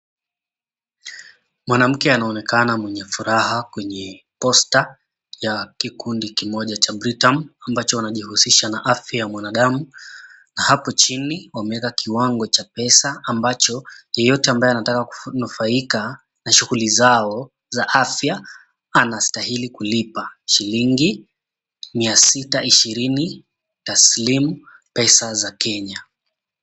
Mwanamke anaonekana mwenye furaha kwenye poster ya kikundi kimoja cha Britam ambacho anajihusisha na afya ya mwanadamu. Hapo chini wameweka kiwango cha pesa ambacho yeyote 𝑎𝑚𝑏𝑎𝑦𝑒 anataka kunufaika na shughuli zao za afya anastahili kulipa shilingi mia sita ishirini taslim pesa za Kenya.